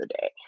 day